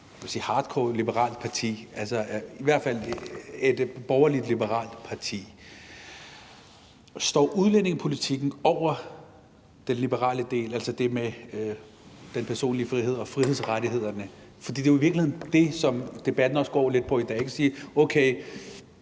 hardcore liberalt parti, i hvert fald et borgerligt liberalt parti. Står udlændingepolitikken over den liberale del, altså det med den personlige frihed og frihedsrettighederne? For det er jo i virkeligheden det, som debatten går lidt på i dag.